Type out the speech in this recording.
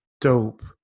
dope